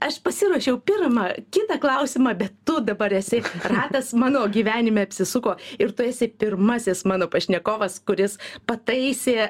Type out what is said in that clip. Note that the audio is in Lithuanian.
aš pasiruošiau pirmą kitą klausimą bet tu dabar esi ratas mano gyvenime apsisuko ir tu esi pirmasis mano pašnekovas kuris pataisė